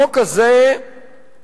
החוק הזה מייצר